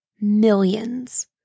millions